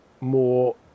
more